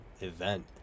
event